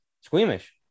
squeamish